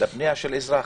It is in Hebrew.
לפנייה של אזרח.